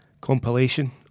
compilation